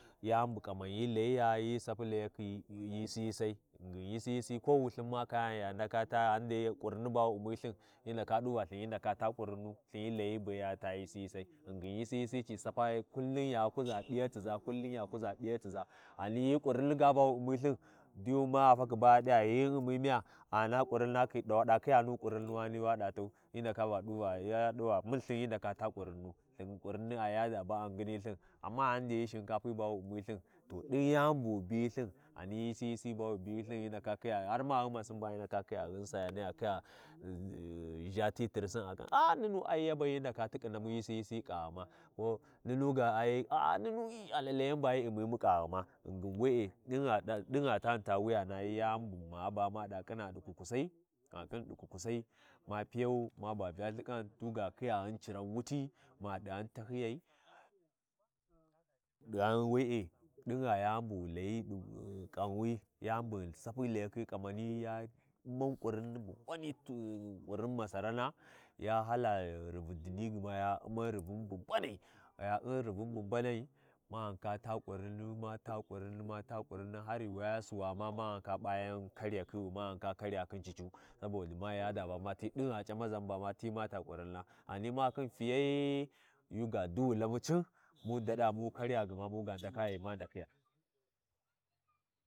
Khiya kawau waniya U’mma ti Cighakhi ca tuwai wa Ummati Cighakhi kuwai, wa Umma ti cighaki kuwai, wa kuʒa ɗingha Oowini buwu ʒhi ɗahyi, ai tsiga kye a tsigatiba, tsigyita shikenan Sai wa Falusi gma we’e.